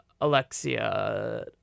Alexia